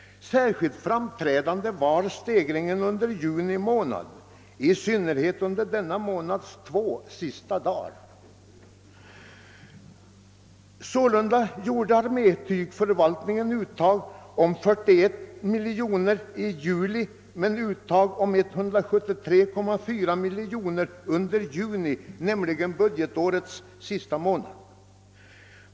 Särskilt framträdande var stegringen under juni månad, i synnerhet under denna månads två sista dagar. Sålunda gjorde armétygförvaltningen uttag om 41,0 miljoner kronor i juli mot uttag om 173,4 miljoner kronor under juni, budgetårets sista månad.